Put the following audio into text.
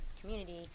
community